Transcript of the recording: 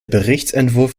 berichtsentwurf